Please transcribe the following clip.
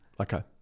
okay